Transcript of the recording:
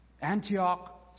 Antioch